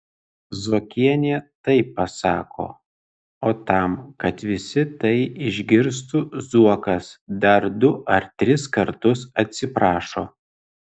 zuokienė taip pasako o tam kad visi tai išgirstų zuokas dar du ar tris kartus atsiprašo